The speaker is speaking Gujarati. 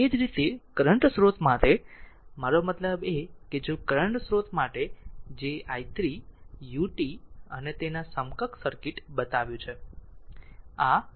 એ જ રીતે કરંટ સ્રોત માટે મારો મતલબ કે જો કરંટ સ્રોત જે i 3 ut અને તેના સમકક્ષ સર્કિટ બતાવ્યું છે આ i 3 ut છે